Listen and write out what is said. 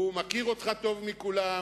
הוא מכיר אותך טוב מכולם,